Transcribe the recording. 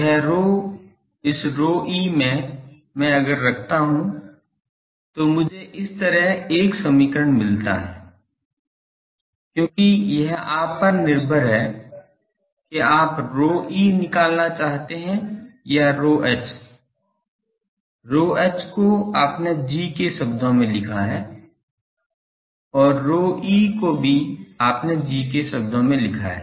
यह ρ इस ρe में मैं अगर रखता हूँ तो मुझे इस तरह एक समीकरण मिलता है क्योंकि यह आप पर निर्भर है कि आप ρe निकालना चाहते हैं या ρh ρh को आपने G के शब्दों में लिखा हैं और ρe को भी आपने G के शब्दों में लिखा हैं